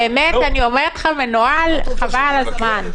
זה מנוהל חבל על הזמן...